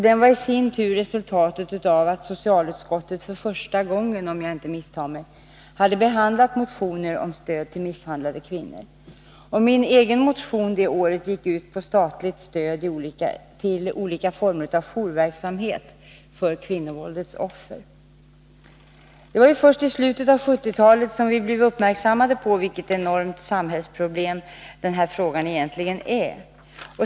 Det var i sin tur resultatet av att socialutskottet för första gången — om jag inte misstar mig — hade behandlat motioner om stöd till misshandlade kvinnor. Min egen motion det året gick ut på statligt stöd till olika former av jourverksamhet för kvinnovåldets offer. Det var ju först i slutet på 1970-talet som vi blev uppmärksammade på vilket enormt samhällsproblem detta egentligen är.